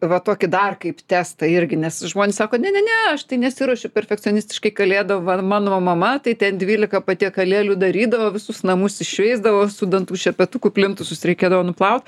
va tokį dar kaip testą irgi nes žmonės sako ne ne ne aš tai nesiruošiu perfekcionistiškai kalėdų va mano mama tai ten dvylika patiekalėlių darydavo visus namus iššveisdavo su dantų šepetuku plintusus reikėdavo nuplaut